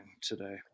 today